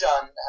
John